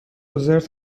زرت